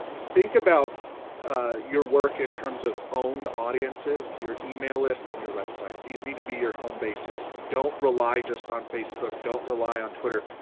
think about your work in terms of owned audiences, your email list and your website. these need to be your home bases. don't rely just on facebook, don't rely on twitter.